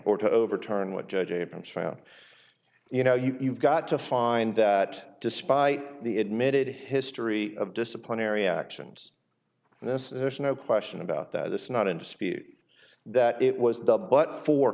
or to overturn what judge abrams found you know you've got to find that despite the admitted history of disciplinary actions and that's there's no question about that it's not in dispute that it was dubbed but for